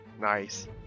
Nice